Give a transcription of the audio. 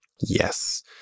Yes